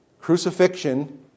crucifixion